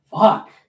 Fuck